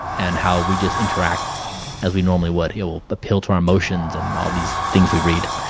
and how we just interact as we normally would. it will appeal to our emotions and all of these things we read.